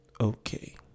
Okay